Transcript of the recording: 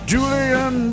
Julian